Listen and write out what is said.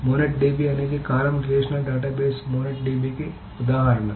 Monet DB అనేది column relational database Monet DB కి ఉదాహరణ